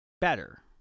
better